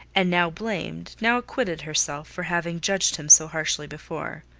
and now blamed, now acquitted herself for having judged him so harshly before.